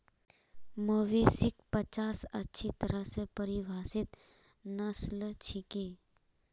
मवेशिक पचास अच्छी तरह स परिभाषित नस्ल छिके